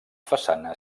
façana